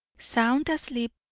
sound asleep,